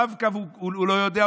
רב-קו הוא לא יודע,